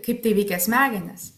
kaip tai veikia smegenis